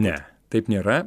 ne taip nėra